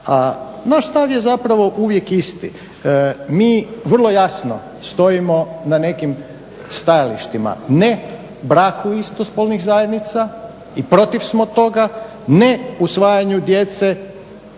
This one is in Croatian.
naš stav je zapravo uvijek isti. Mi vrlo jasno stojimo na nekim stajalištima, ne braku istospolnih zajednica i protiv smo toga, ne usvajanju djece